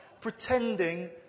pretending